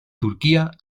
turquía